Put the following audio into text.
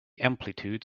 amplitude